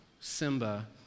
Simba